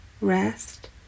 rest